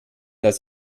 das